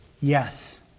Yes